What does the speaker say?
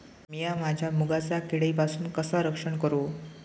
मीया माझ्या मुगाचा किडीपासून कसा रक्षण करू?